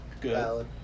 Good